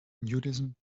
nudism